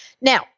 Now